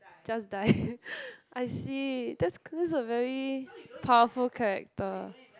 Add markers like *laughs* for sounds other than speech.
just die *laughs* I see that's that's a very powerful character